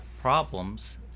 problems